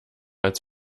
als